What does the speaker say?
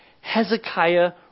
Hezekiah